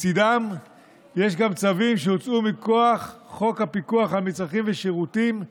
לצידם יש גם צווים שהוצאו מכוח חוק הפיקוח על מצרכים ושירותים,